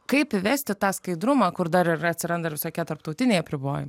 kaip įvesti tą skaidrumą kur dar ir atsiranda visokie tarptautiniai apribojimai